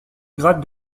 grade